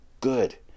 good